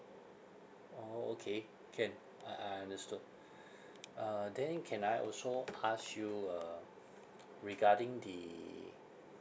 orh okay can I I understood uh then can I also ask you uh regarding the